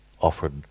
offered